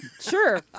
Sure